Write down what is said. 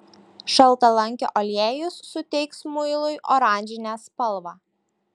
šaltalankio aliejus suteiks muilui oranžinę spalvą